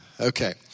Okay